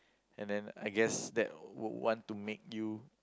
and then I guess that what want to make you